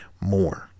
more